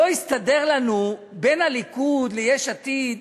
לא הסתדר לנו, בין הליכוד ליש עתיד,